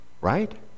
right